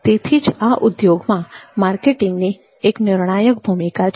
તેથી જ આ ઉદ્યોગમાં માર્કેટિંગની એક નિર્ણાયક ભૂમિકા છે